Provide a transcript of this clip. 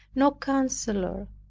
no councillor.